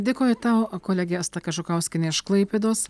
dėkoju tau kolegė asta kažukauskienė iš klaipėdos